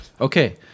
Okay